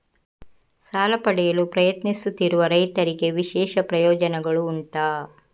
ಸಾಲ ಪಡೆಯಲು ಪ್ರಯತ್ನಿಸುತ್ತಿರುವ ರೈತರಿಗೆ ವಿಶೇಷ ಪ್ರಯೋಜನೆಗಳು ಉಂಟಾ?